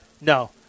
No